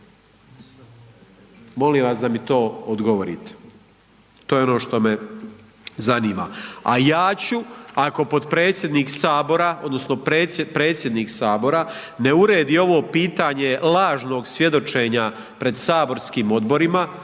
Molim vas da mi to odgovorite, to je ono što me zanima. A ja ću ako potpredsjednik Sabora odnosno predsjednik Sabora ne uredi ovo pitanje lažnog svjedočenja pred saborskim odborima,